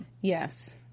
Yes